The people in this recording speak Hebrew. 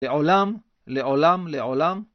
לעולם, לעולם, לעולם.